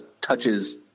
touches